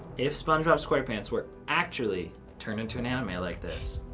if spongebob squarepants were actually turned into an anime like this,